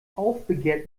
aufbegehrt